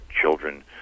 children